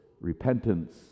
repentance